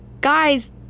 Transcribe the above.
Guys